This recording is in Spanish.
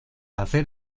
hacer